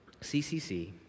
CCC